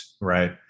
right